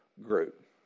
group